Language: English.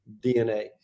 DNA